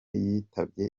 yitabye